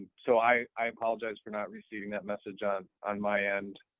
so i i apologize for not receiving that message on on my end,